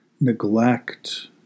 neglect